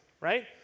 right